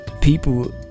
people